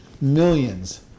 millions